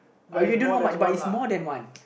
I really don't know how much but is more than one